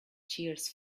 tears